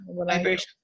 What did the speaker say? vibration